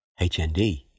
HND